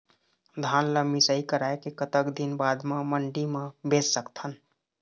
धान ला मिसाई कराए के कतक दिन बाद मा मंडी मा बेच सकथन?